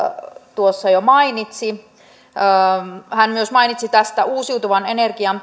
tuossa jo mainitsi ja hän myös mainitsi tästä uusiutuvan energian